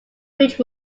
bridge